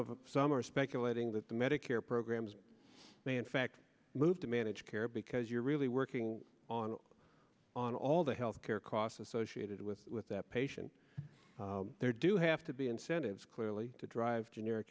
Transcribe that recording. are speculating that the medicare programs may in fact move to managed care because you're really working on on all the health care costs associated with with that patient there do have to be incentives clearly to drive generic